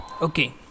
Okay